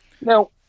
Now